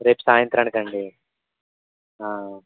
రేపు సాయంత్రానికా అండి